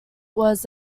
was